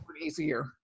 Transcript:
easier